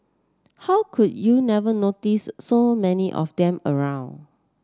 how could you never notice so many of them around